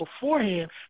beforehand